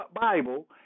Bible